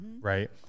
right